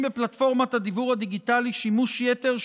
בפלטפורמת הדיוור הדיגיטלי שימוש יתר,